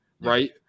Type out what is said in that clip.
right